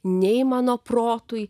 nei mano protui